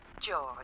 George